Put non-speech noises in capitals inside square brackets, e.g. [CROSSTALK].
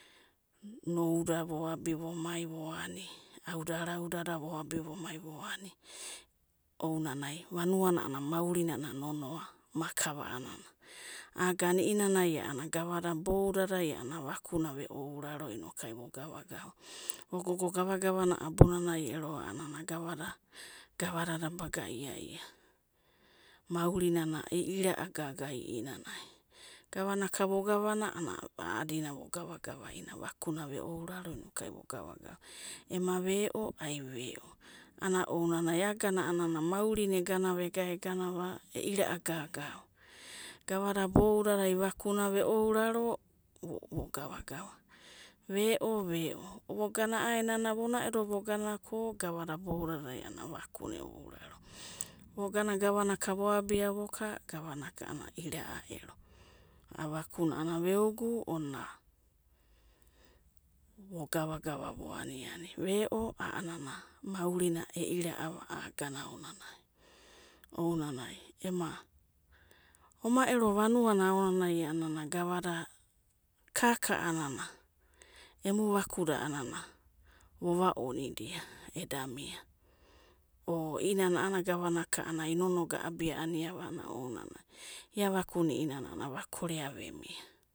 Nou'da voabi vomai voani, auda rau'dada voabi vomai voani, ounanai vanuana maurinana nonoa, makava a'anana, agana i'inanai a'anana gavada iboudadai a'anana vakiuna ve'ouraro inoku vo gava gava, vo gogo gava'gava abunanai ero [UNINTELLIGIBLE] gavada gavadada baga ia'ia, maurinana e'iraagaga e'inanai, gavanaka vo gavania a'anana a'adina vo gava gava ainia vakuna ve auraro inok vo gava gava, vo gogo gava'gava abunanai ero gava gavadada baga ia'ai, maurina e'iraagaga e'inanai, gavanaka vo gavania a'anana a'adina vo gava gava ainia vakuna ve auraro inok vo gava gava ainia, ema ve'o, a'anana ve'o, ana o ounanai agana maurina eganva ega'egana e'ira'a gagava, gavada boudada a'anana vakuna e'aurarova, vo gana gavanaka voabi voka, gavanaka ero a'anana ira'a ero, a'a vaku'na veogu on'na, vo gavagava vo aniani, ve'o a'anana maurina e'ira'ava agana aonanai, ounanai ema, oma ero vanuana aononai a'anana gavada, kaka a'anana, emu vakuda vova onidia, eda mia, o i'inana a'anana gavanaka inonogo a'abia a'aniava ounanai, ai vakuna a'anana va korea ve mia.